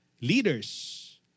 leaders